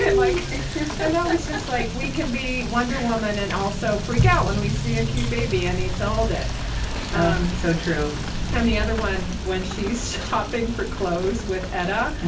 and like and that was just like, we can be wonder woman and also freak out when we see a cute baby and need to hold it um so true and the other one, when she's shopping for clothes with etta,